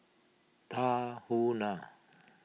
Tahuna